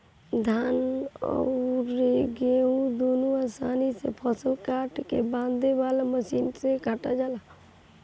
धान अउर गेंहू दुनों आसानी से फसल काट के बांधे वाला मशीन से कटा जाला